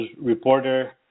reporter